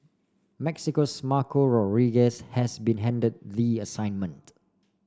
Mexico's Marco Rodriguez has been handed the assignment